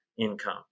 income